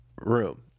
room